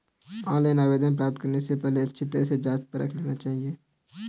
online आवेदन प्राप्त करने से पहले अच्छी तरह से जांच परख लेना चाहिए